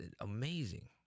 amazing